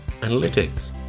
analytics